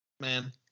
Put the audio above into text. Man